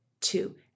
two